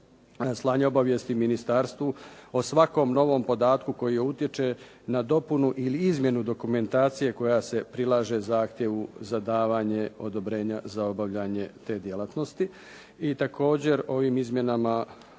slanje obavijesti ministarstvu o svakom novom podatku koji utječe na dopunu ili izmjenu dokumentacije koja se prilaže zahtjevu za davanje odobrenja za obavljanje te djelatnosti i također ovim izmjenama